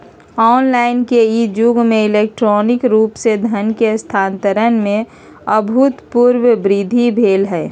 online के इ जुग में इलेक्ट्रॉनिक रूप से धन के स्थानान्तरण में अभूतपूर्व वृद्धि भेल हइ